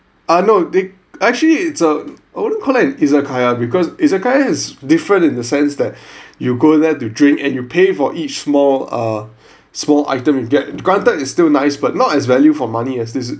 ah no they actually it's a I wouldn't call it is a izakaya because izakaya is different in the sense that you go there to drink and you pay for each small uh small items you get granted it's still nice but not as value for money as this